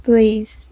Please